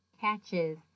catches